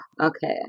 Okay